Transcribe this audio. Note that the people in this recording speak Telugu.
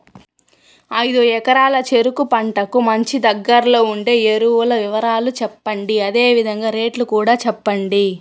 ఐదు ఎకరాల చెరుకు పంటకు మంచి, దగ్గర్లో ఉండే ఎరువుల వివరాలు చెప్పండి? అదే విధంగా రేట్లు కూడా చెప్పండి?